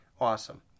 awesome